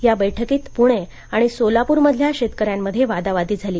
या बैठकीत पुणे आणि सोलापूर मधल्या शेतकऱ्यांमध्ये वादावादी झाली